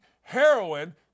heroin